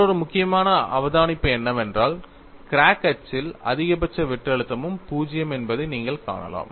மற்றொரு முக்கியமான அவதானிப்பு என்னவென்றால் கிராக் அச்சில் அதிகபட்ச வெட்டு அழுத்தமும் 0 என்பதை நீங்கள் காணலாம்